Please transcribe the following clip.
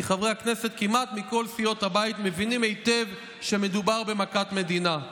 כי חברי הכנסת כמעט מכל סיעות הבית מבינים היטב שמדובר במכת מדינה.